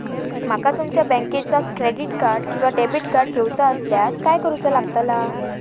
माका तुमच्या बँकेचा क्रेडिट कार्ड किंवा डेबिट कार्ड घेऊचा असल्यास काय करूचा लागताला?